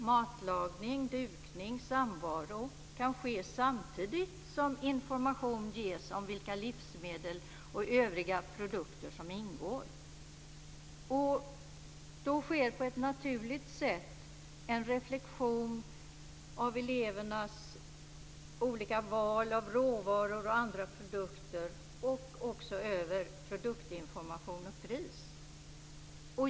Matlagning, dukning och samvaro kan ske samtidigt som information ges om vilka livsmedel och övriga produkter som ingår. Då sker på ett naturligt sätt en reflexion av elevernas val av råvaror och övriga produkter och också av produktinformation och pris.